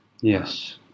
Yes